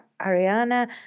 Ariana